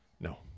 No